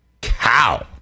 cow